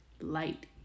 light